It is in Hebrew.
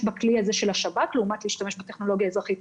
בכלי של השב"כ לעומת שימוש בטכנולוגיה אזרחית.